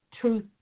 truth